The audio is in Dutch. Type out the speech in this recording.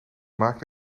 maak